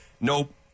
nope